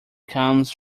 comes